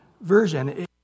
Version